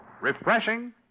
Refreshing